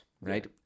Right